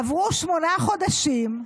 עברו שמונה חודשים,